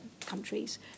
countries